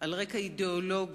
על רקע אידיאולוגי